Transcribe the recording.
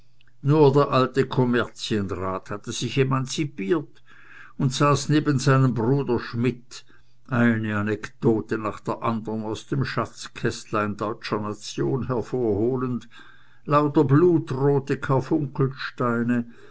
nur der alte kommerzienrat hatte sich emanzipiert und saß neben seinem bruder schmidt eine anekdote nach der andern aus dem schatzkästlein deutscher nation hervorholend lauter blutrote